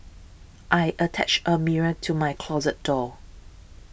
I attached a mirror to my closet door